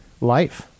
life